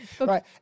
Right